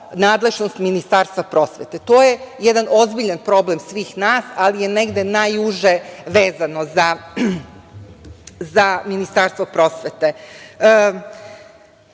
nadležnost Ministarstva prosvete, to je jedan ozbiljan problem svih nas, ali je negde najuže vezano za Ministarstvo prosvete. Mislim